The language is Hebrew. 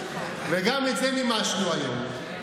וגם את זה מימשנו היום.